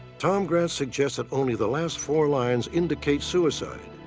tom grant suggests that only the last four lines indicate suicide.